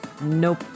Nope